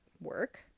work